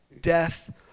death